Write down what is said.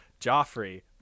Joffrey